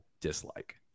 dislike